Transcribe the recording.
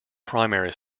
primary